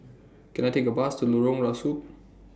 Can I Take A Bus to Lorong Rusuk